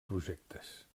projectes